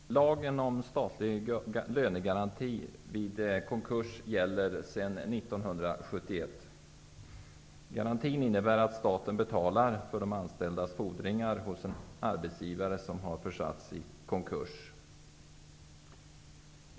Herr talman! Lagen om statlig lönegaranti vid konkurs gäller sedan 1971. Garantin innebär att staten betalar de anställdas fordringar hos en arbetsgivare som har försatts i konkurs.